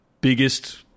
biggest